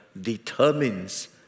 determines